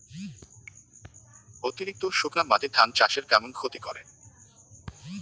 অতিরিক্ত শুকনা মাটি ধান চাষের কেমন ক্ষতি করে?